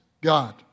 God